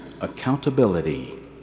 accountability